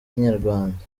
inyarwanda